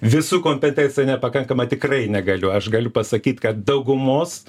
visų kompetencija nepakankama tikrai negaliu aš galiu pasakyt kad daugumos